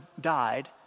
died